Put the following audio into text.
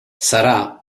sarà